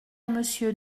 monsieur